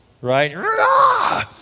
right